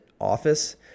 office